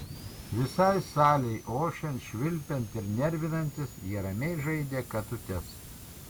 visai salei ošiant švilpiant ir nervinantis jie ramiai žaidė katutes